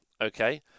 okay